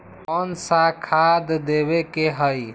कोन सा खाद देवे के हई?